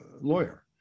lawyer